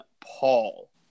Paul